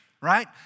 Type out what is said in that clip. right